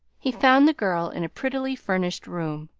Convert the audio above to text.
he found the girl in a prettily-furnished room,